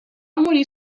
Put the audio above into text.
morir